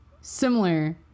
similar